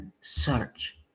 search